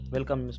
Welcome